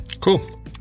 Cool